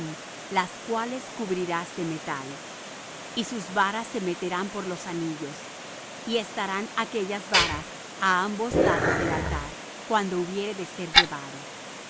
las cuales cubrirás de metal y sus varas se meterán por los anillos y estarán aquellas varas á ambos lados del altar cuando hubiere de ser llevado